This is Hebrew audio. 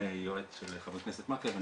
היועץ של ח"כ מקלב,